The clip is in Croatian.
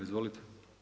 Izvolite.